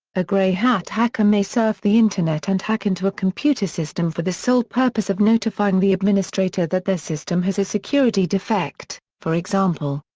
a grey hat hacker may surf the internet and hack into a computer system for the sole purpose of notifying the administrator that their system has a security defect, for example.